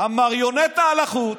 המריונטה על החוט,